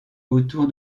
autour